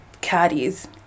caddies